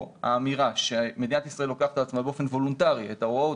האמירה שמדינת ישראל לוקחת על עצמה באופן וולנטרי את ההוראות